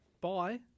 bye